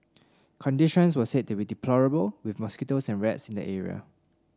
conditions were said to be deplorable with mosquitoes and rats in the area